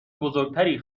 بزرگتری